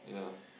yeah